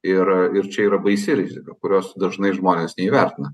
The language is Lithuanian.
ir ir čia yra baisi rizika kurios dažnai žmonės neįvertina